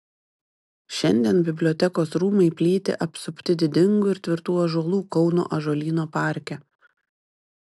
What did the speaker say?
šiandien bibliotekos rūmai plyti apsupti didingų ir tvirtų ąžuolų kauno ąžuolyno parke